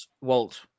walt